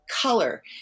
color